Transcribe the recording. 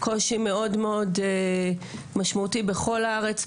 קושי מאוד מאוד משמעותי בכל הארץ,